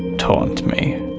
taunt me.